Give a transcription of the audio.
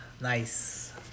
nice